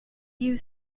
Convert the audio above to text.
you